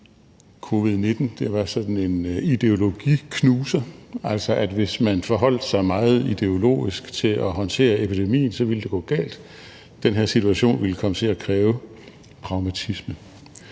covid-19 var sådan en ideologiknuser, altså sådan at hvis man forholdt sig meget ideologisk til at håndtere af epidemien, så ville det gå galt, for den her situation ville komme til at kræve pragmatisme.